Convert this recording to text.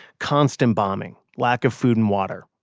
constant bombing, lack of food and water.